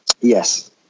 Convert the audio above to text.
yes